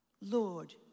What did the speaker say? Lord